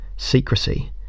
secrecy